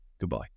Goodbye